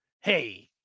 hey